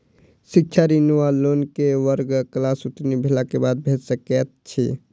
शिक्षा ऋण वा लोन केँ वर्ग वा क्लास उत्तीर्ण भेलाक बाद भेट सकैत छी?